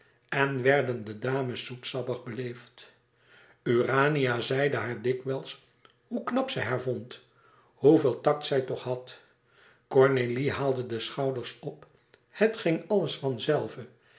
en werden de dames zoetsappig beleefd urania zeide haar dikwijls hoe knap zij haar vond hoeveel tact zij toch had cornélie haalde de schouders op het ging alles van zelve